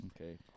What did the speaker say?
Okay